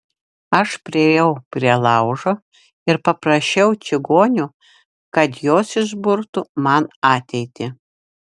aš priėjau prie laužo ir paprašiau čigonių kad jos išburtų man ateitį